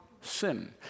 sin